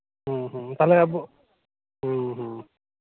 ᱦᱮᱸ ᱦᱮᱸ ᱛᱟᱦᱞᱮ ᱟᱵᱚ ᱦᱮᱸ ᱦᱮᱸ